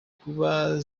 kuba